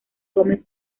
gomez